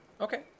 Okay